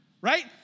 right